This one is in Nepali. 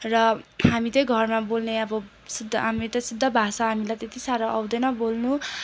र हामी तै घरमा बोल्ने अब शुद्ध हामी त शुद्ध भाषा हामीलाई त्यति साह्रो आउँदैन बोल्नु